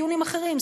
דיונים אחרים,